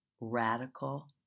Radical